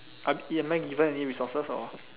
I am I given any resources or